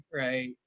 right